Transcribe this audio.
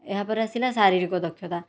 ଏହାପରେ ଆସିଲା ଶାରୀରିକ ଦକ୍ଷତା